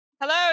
Hello